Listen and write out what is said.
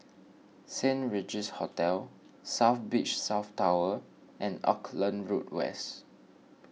Saint Regis Hotel South Beach South Tower and Auckland Road West